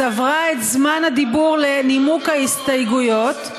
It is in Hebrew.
צברה את זמן הדיבור לנימוק ההסתייגויות.